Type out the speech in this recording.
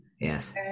Yes